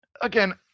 again